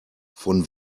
von